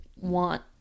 want